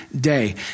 day